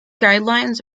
guidelines